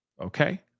Okay